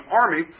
army